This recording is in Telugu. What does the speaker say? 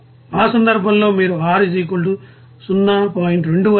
ఆ సందర్భంలో మీరు r 0